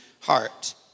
heart